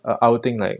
I I would think like